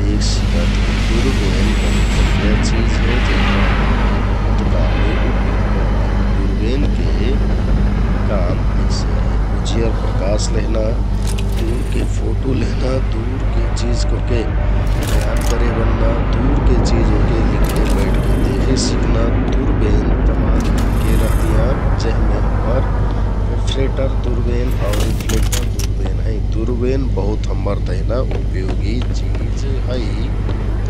देख सिकत होइ । दुरबेन बढिया चिज हे जेहका हमरे बहुत काममे उपयोग करति । दुरबेनके काम अइसे हे उजयर प्रकाश लेहना, दुरके फोटु लेहना, दुरके चिज ओहके बयान करे बन्‍ना, दुरके चिज ओहके लिग्घे बैठके देखेक सिकना । दुरबेन तमाम मेलके रहतियाँ जेहमे हम्मर रेफरेटर देरबेन आउर रेफलेक्टर दुरबेन हैं । दुरबेन बहुत हम्मर तेहना उपयोगी चिज है ।